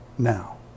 Now